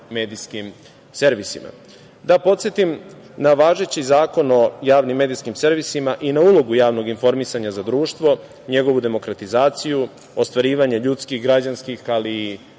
medijskim servisima. Da podsetim na važeći Zakon o javnim medijskim servisima i na ulogu javnog informisanja za društvo, njegovu demokratizaciju, ostvarivanje ljudskih, građanskih, ali i